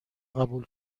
قبول